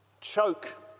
choke